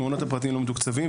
המעונות הפרטיים לא מתוקצבים,